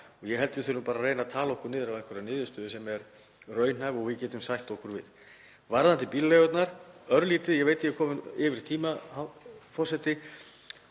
Ég held að við þurfum bara að reyna að tala okkur niður á einhverja niðurstöðu sem er raunhæf og við getum sætt okkur við. Varðandi bílaleigurnar — örlítið, ég veit að ég er kominn yfir tíma, forseti.